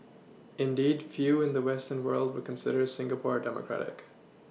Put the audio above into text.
indeed few in the Western world would consider Singapore democratic